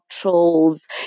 trolls